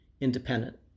independent